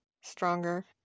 stronger